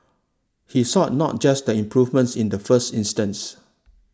he sought not just the improvements in the first instance